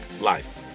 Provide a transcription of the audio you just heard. life